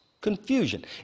confusion